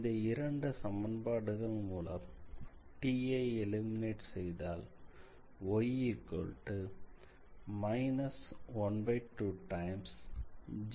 இந்த இரண்டு சமன்பாடுகள் மூலம் t ஐ எலிமினேட் செய்தால்y−12gu2x2